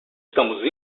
estamos